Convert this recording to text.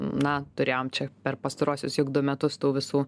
na turėjom čia per pastaruosius du metus tų visų